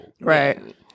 right